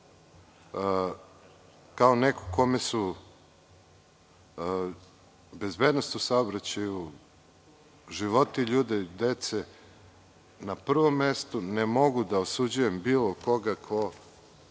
kao neko kome su bezbednost u saobraćaju, životi ljudi, dece na prvom mestu, ne mogu da osuđujem bilo koga ko